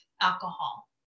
alcohol